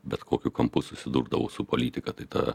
bet kokiu kampu susidurdavau su politika tai ta